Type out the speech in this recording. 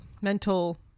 mental